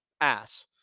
Ass